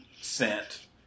scent